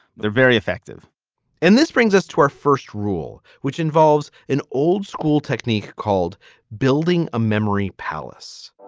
they're very effective and this brings us to our first rule, which involves an old school technique called building a memory palace